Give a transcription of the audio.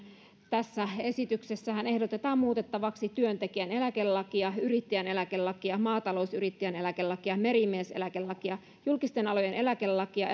tässä esityksessähän ehdotetaan muutettavaksi työntekijän eläkelakia yrittäjän eläkelakia maatalousyrittäjän eläkelakia merimieseläkelakia julkisten alojen eläkelakia